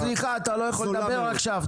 אלקבץ, סליחה, אתה לא יכול לדבר עכשיו.